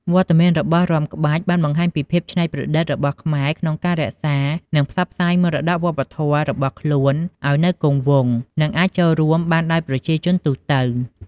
វត្តមានរបស់រាំក្បាច់បានបង្ហាញពីភាពច្នៃប្រឌិតរបស់ខ្មែរក្នុងការរក្សា និងផ្សព្វផ្សាយមរតកវប្បធម៌របស់ខ្លួនឲ្យនៅគង់វង្ស និងអាចចូលរួមបានដោយប្រជាជនទូទៅ។